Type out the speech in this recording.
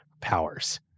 Powers